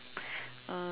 uh